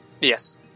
yes